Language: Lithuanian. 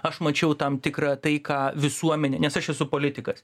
aš mačiau tam tikrą tai ką visuomenę nes aš esu politikas